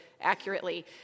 accurately